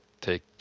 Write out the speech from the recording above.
take